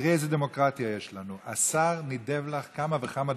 תראי איזו דמוקרטיה יש לנו: השר נידב לך כמה וכמה דקות.